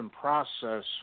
process